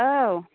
औ